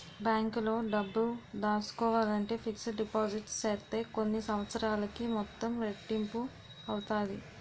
బ్యాంకులో డబ్బులు దాసుకోవాలంటే ఫిక్స్డ్ డిపాజిట్ సేత్తే కొన్ని సంవత్సరాలకి మొత్తం రెట్టింపు అవుతాది